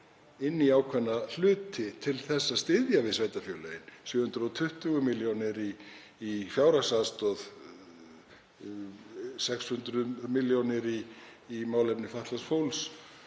inn í ákveðna hluti til að styðja við sveitarfélögin. 720 milljónir í fjárhagsaðstoð, 600 milljónir í málefni fatlaðs fólks,